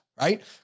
right